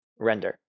render